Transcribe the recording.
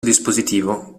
dispositivo